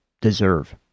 deserve